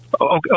okay